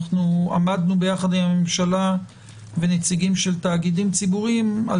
עמדנו יחד עם הממשלה ונציגים של תאגידים ציבוריים על